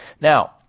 Now